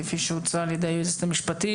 כפי שהוצע על ידי היועצת המשפטית?